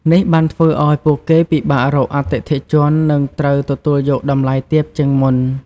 នេះបានធ្វើឱ្យពួកគេពិបាករកអតិថិជន និងត្រូវទទួលយកតម្លៃទាបជាងមុន។